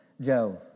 Joe